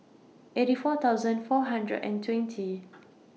eighty four thousand four hundred and twenty